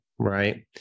Right